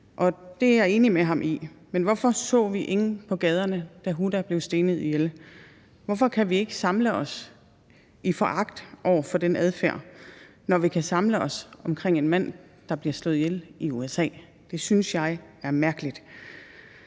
det er jeg enig med ham i, men hvorfor så vi ingen på gaderne, da Huda blev stenet ihjel? Hvorfor kan vi ikke samle os i foragt over for den adfærd, når vi kan samle os om en mand, der blev slået ihjel i USA? Det synes jeg er mærkeligt.